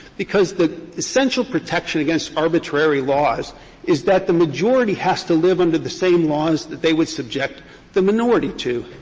because the essential protection against arbitrary laws is that the majority has to live under the same laws that they would subject the minority to.